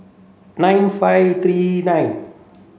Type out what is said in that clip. nine five three nine